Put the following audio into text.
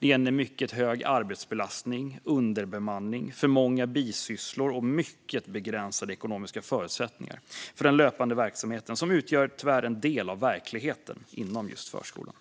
En mycket hög arbetsbelastning, underbemanning, för många bisysslor och mycket begränsade ekonomiska förutsättningar för den löpande verksamheten utgör tyvärr en del av verkligheten inom förskolan.